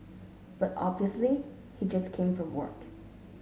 but obviously he just came from work